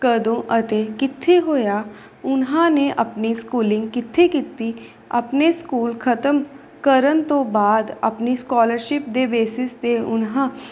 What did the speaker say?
ਕਦੋਂ ਅਤੇ ਕਿੱਥੇ ਹੋਇਆ ਉਹਨਾਂ ਨੇ ਆਪਣੀ ਸਕੂਲਿੰਗ ਕਿੱਥੇ ਕੀਤੀ ਆਪਣੇ ਸਕੂਲ ਖਤਮ ਕਰਨ ਤੋਂ ਬਾਅਦ ਆਪਣੀ ਸਕੋਲਰਸ਼ਿਪ ਦੇ ਬੇਸਿਸ 'ਤੇ ਉਹਨਾਂ